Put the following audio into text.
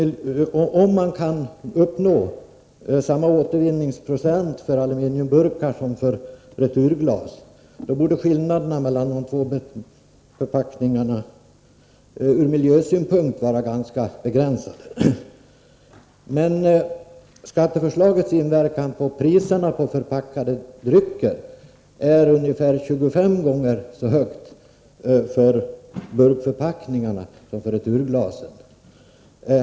Om man kan uppnå samma återvinningsprocent för aluminiumburken som för returglaset borde skillnaderna mellan de två förpackningarna ur miljösynpunkt vara ganska begränsade. Men skatteförslagets inverkan på priserna på förpackade drycker är ungefär 25 gånger så stor för burkförpackningen som för returglaset.